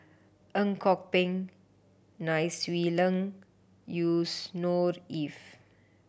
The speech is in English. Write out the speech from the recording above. Ang Kok Peng Nai Swee Leng Yusnor Ef